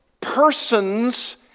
persons